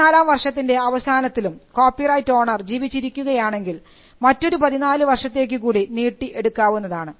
14 ആം വർഷത്തിൻറെ അവസാനത്തിലും കോപ്പിറൈറ്റ് ഓണർ ജീവിച്ചിരിക്കുകയാണെങ്കിൽ മറ്റൊരു 14 വർഷത്തേക്ക് കൂടി നീട്ടി എടുക്കാവുന്നതാണ്